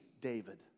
David